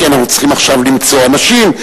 כי אנחנו צריכים עכשיו למצוא אנשים,